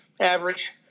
average